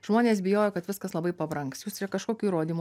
žmonės bijojo kad viskas labai pabrangs jūs čia kažkokių įrodymų